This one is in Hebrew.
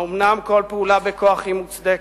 האומנם כל פעולה בכוח היא מוצדקת?